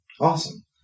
awesome